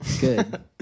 Good